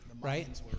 right